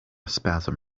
spasm